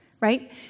right